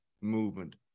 movement